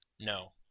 No